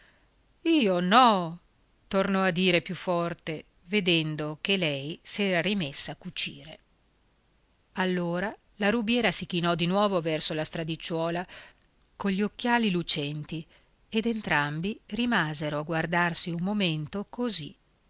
io no tornò a dire più forte vedendo che lei s'era rimessa a cucire allora la rubiera si chinò di nuovo verso la stradicciuola cogli occhiali lucenti ed entrambi rimasero a guardarsi un momento così